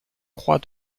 croix